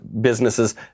businesses